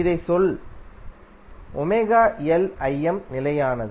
இந்த சொல் நிலையானது